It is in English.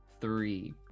three